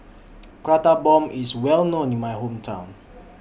Prata Bomb IS Well known in My Hometown